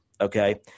Okay